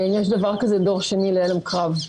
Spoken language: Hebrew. יש דבר כזה דור שני להלם קרב?